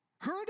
heard